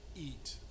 eat